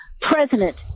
President